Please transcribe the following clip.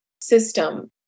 system